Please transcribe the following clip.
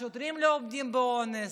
השוטרים לא עומדים באונס,